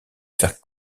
faire